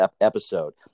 episode